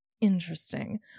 interesting